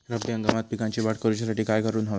रब्बी हंगामात पिकांची वाढ करूसाठी काय करून हव्या?